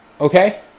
Okay